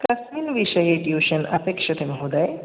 कस्मिन् विषये ट्यूशन् अपेक्ष्यते महोदय